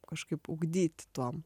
kažkaip ugdyti tuo